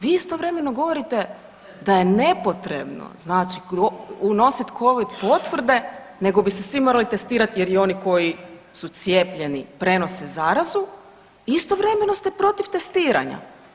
Vi istovremeno govorite da je nepotrebno, znači unosit covid potvrde nego bi se svi morali testirat jer i oni koji su cijepljeni prenose zarazu i istovremeno ste protiv testiranja.